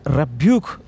rebuke